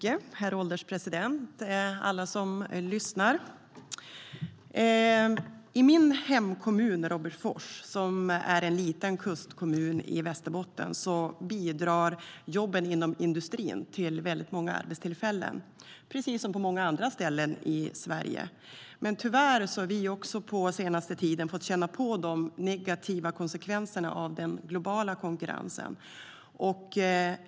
Herr ålderspresident! Alla som lyssnar! Tyvärr har vi också den senaste tiden fått känna av de negativa konsekvenserna av den globala konkurrensen.